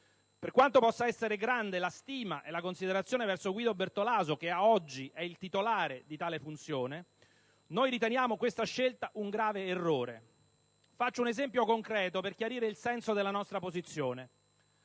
Per quanto possa essere grande la stima e la considerazione per il sottosegretario Guido Bertolaso, che ad oggi è titolare di tale funzione, noi riteniamo questa scelta un grave errore. Faccio un esempio concreto per chiarire il senso della nostra posizione.